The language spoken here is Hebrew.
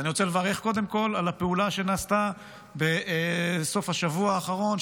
אני רוצה לברך קודם כול על הפעולה שנעשתה בסוף השבוע האחרון,